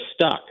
stuck